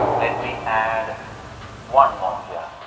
let me add one more here